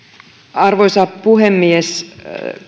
arvoisa puhemies